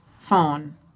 phone